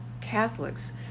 Catholics